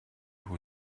who